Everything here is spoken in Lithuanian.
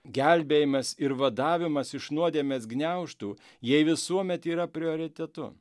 gelbėjimas ir vadavimas iš nuodėmės gniaužtų jai visuomet yra prioritetu